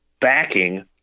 backing